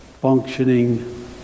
functioning